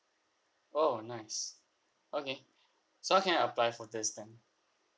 oh nice okay so how can I apply for this then